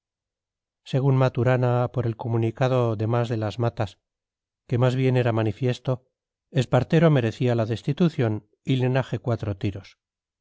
según maturana por el comunicado de mas de las matas que más bien era manifiesto espartero merecía la destitución y linaje cuatro tiros